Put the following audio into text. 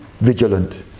vigilant